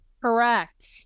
Correct